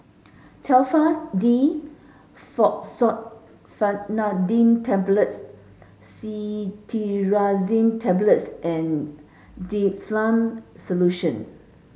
Telfast D Fexofenadine Tablets Cetirizine Tablets and Difflam Solution